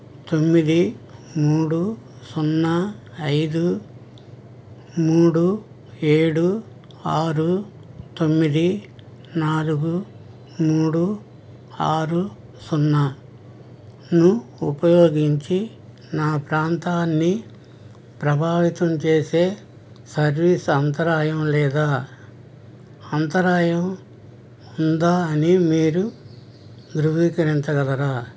తొమ్మిది మూడు సున్నా ఐదు మూడు ఏడు ఆరు తొమ్మిది నాలుగు మూడు ఆరు సున్నాను ఉపయోగించి నా ప్రాంతాన్ని ప్రభావితం చేసే సర్వీస్ అంతరాయం లేదా అంతరాయం ఉందా అని మీరు ధృవీకరించగలరా